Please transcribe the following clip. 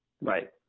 Right